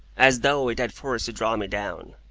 as though it had force to draw me down.